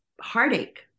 heartache